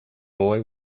boy